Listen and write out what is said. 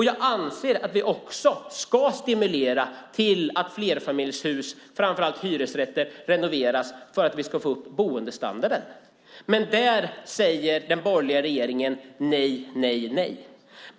Jag anser också att vi ska stimulera till att flerfamiljshus, framför allt hyresrätter, renoveras för att vi ska få upp boendestandarden. Men där säger den borgerliga regeringen nej.